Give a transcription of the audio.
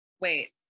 wait